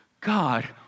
God